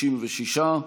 66,